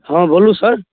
हँ बोलू सर